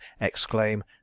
exclaim